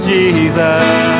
Jesus